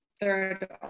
third